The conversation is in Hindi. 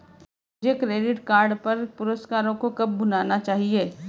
मुझे क्रेडिट कार्ड पर पुरस्कारों को कब भुनाना चाहिए?